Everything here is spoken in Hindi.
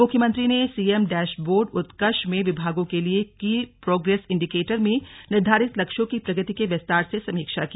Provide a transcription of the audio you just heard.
मुख्यमंत्री ने सीएम डैश बोर्ड उत्कर्ष में विभागों के लिए की प्रोग्रेस इंडिकेटर में निर्धारित लक्ष्यों की प्रगति की विस्तार से समीक्षा की